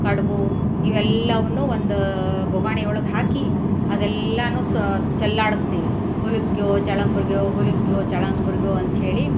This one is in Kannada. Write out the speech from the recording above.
ಕಡಬು ಇವೆಲ್ಲವನ್ನು ಒಂದು ಬೊಗಣಿ ಒಳಗೆ ಹಾಕಿ ಅದೆಲ್ಲನು ಸ್ ಚೆಲ್ಲಾಡಿಸ್ತೀವಿ ಹುಲಿಗ್ಯೊ ಚಳಂಬುರ್ಗ್ಯೊ ಹುಲಿಗ್ಯೊ ಚಳಂಬುರ್ಗ್ಯೊ ಅಂತಹೇಳಿ